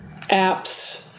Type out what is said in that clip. apps